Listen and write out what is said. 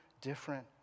different